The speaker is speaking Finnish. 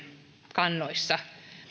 kannoissa